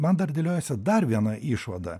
man dar dėliojasi dar viena išvada